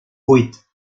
vuit